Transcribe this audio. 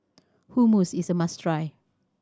hummus is must try